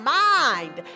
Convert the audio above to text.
mind